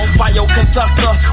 bioconductor